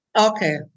Okay